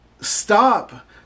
stop